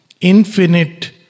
infinite